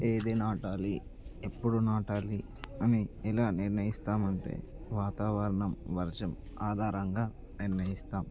ఏది నాటాలి ఎప్పుడు నాటాలి అని ఇలా నిర్ణయిస్తాం అంటే వాతావరణం వర్షం ఆధారంగా నిర్ణయిస్తాం